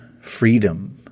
freedom